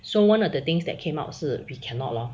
so one of the things that came out 是 we cannot lor